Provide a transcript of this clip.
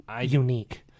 unique